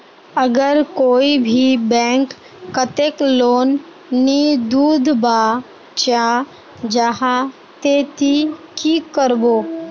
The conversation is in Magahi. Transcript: अगर कोई भी बैंक कतेक लोन नी दूध बा चाँ जाहा ते ती की करबो?